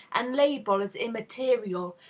and label as immaterial,